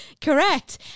Correct